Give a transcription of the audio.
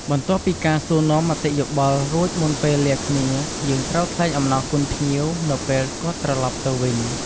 បន្ទាប់ពីការសួរនាំមតិយោបល់រួចមុនពេលលាគ្នាយើងត្រូវថ្លែងអំណរគុណភ្ញៀវនៅពេលគាត់ត្រឡប់ទៅវិញ។